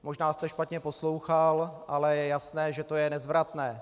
Možná jste špatně poslouchal, ale je jasné, že to je nezvratné.